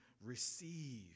receive